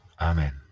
amen